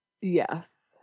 Yes